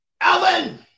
Alvin